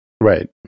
Right